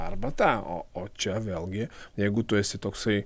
arba tą o o čia vėlgi jeigu tu esi toksai